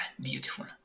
beautiful